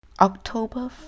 October